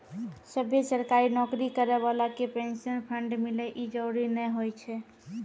सभ्भे सरकारी नौकरी करै बाला के पेंशन फंड मिले इ जरुरी नै होय छै